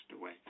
away